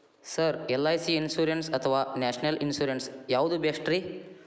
Sir LIC insurance ಅಥವಾ national insurance ಯಾವುದು ಬೆಸ್ಟ್ರಿ?